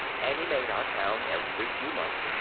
and he made our town every few months.